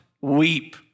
weep